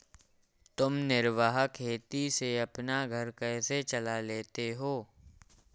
तुम निर्वाह खेती से अपना घर कैसे चला लेते हो?